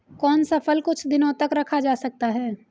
कौन सा फल कुछ दिनों तक रखा जा सकता है?